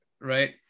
right